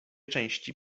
części